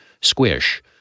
squish